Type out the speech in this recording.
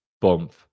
bump